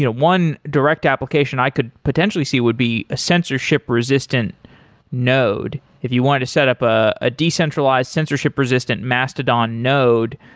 one direct application i could potentially see would be a censorship resistant node. if you want to set up a decentralized censorship resistant mastodon node,